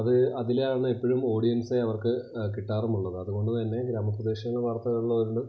അത് അതിലാണ് എപ്പോഴും ഓഡിയൻസിനെ അവർക്ക് കിട്ടാറുമുള്ളത് അത് കൊണ്ടു തന്നെ ഗ്രാമപ്രദേശങ്ങളിലെ വാർത്തകളോട്